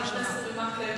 חבר הכנסת אורי מקלב,